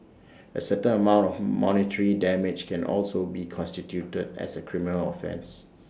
A certain amount of monetary damage can also be constituted as A criminal offence